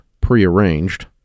prearranged